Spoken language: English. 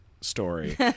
story